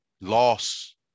Loss